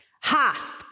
Ha